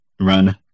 run